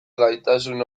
gaitasun